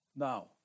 Now